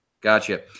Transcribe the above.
Gotcha